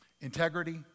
Integrity